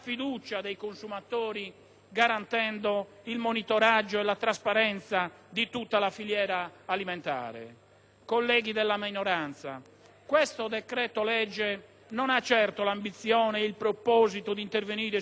garantendo il monitoraggio e la trasparenza di tutta la filiera alimentare. Colleghi della minoranza, questo decreto‑legge non ha certo l'ambizione e il proposito di intervenire su tutte le problematiche